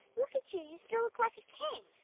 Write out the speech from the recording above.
look at you you still look like a king.